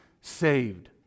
saved